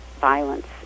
violence